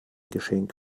geschenk